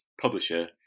publisher